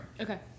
Okay